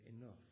enough